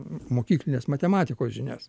mokyklinės matematikos žinias